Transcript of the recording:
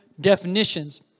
definitions